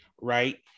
Right